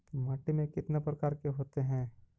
माटी में कितना प्रकार के होते हैं?